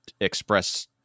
express